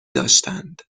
داشتند